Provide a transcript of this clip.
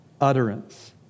utterance